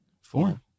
Four